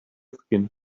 skin